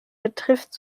betrifft